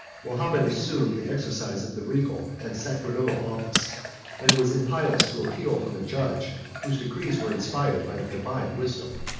mahomet assumed the exercise of the regal and sacerdotal office and it was impious to appeal from a judge whose decrees were inspired by the divine wisdom.